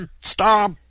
stop